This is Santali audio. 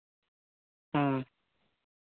ᱦᱮᱸ